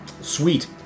sweet